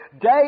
day